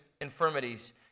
infirmities